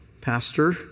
pastor